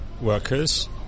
workers